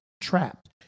trapped